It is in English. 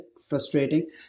frustrating